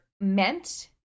meant